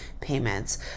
payments